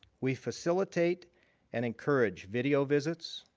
we facilitate and encourage video visits,